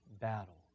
battle